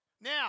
Now